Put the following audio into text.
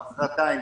מוחרתיים,